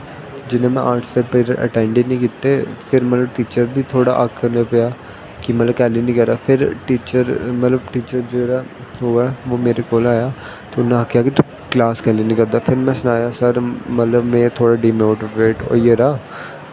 जि सलै में पीर्ड़ अटैंड गै नी कीत्ते फिर मेरा टीचर बी थोह्ड़ा आक्खन लगेाआ फिर कैली नी करा ना फिर टीचर मतलव कि टीचर ऐ ओह् मेरे कोला दा उन्नैं आक्खेआ कि तूं क्लास कैल्ली नी करदा फिर में सनाया कि सर में थोह्ड़ी डिमोटिवेट होई गेदा